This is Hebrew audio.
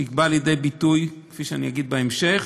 והיא באה לידי ביטוי כפי שאני אגיד בהמשך,